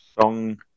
Song